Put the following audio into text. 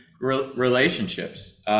relationships